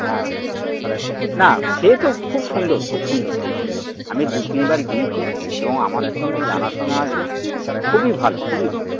হ্যাঁ না সে তো খুব সুন্দর খুব সুন্দর খুব সুন্দর আমি দু তিনবার গিয়েছি এবং আমার সঙ্গে জানাশোনা আছে খুবই ভালো খুবই ভালো